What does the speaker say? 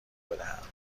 بدهند